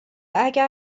اگر